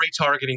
retargeting